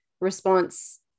response